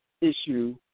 issue